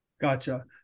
gotcha